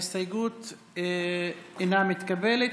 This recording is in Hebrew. ההסתייגות אינה מתקבלת.